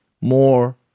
more